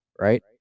right